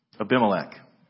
Abimelech